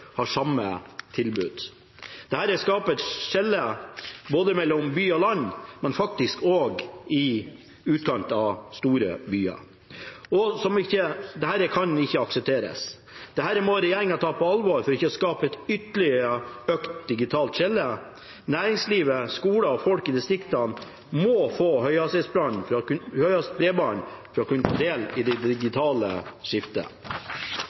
har samme tilbud. Dette skaper et skille – både mellom by og land og faktisk også i utkanten av store byer. Dette kan ikke aksepteres. Dette må regjeringa ta på alvor for ikke å skape et ytterligere økt digitalt skille. Næringsliv, skole og folk i distriktene må få høyhastighetsbredbånd for å kunne ta del i det digitale skiftet.